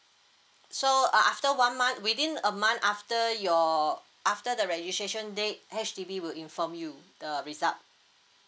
so a~ after one month within a month after your after the registration date H_D_B will inform you the result